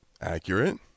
Accurate